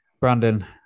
Brandon